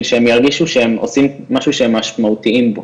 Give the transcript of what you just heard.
שהם ירגישו שהם עושים משהו שהם משמעותיים בו,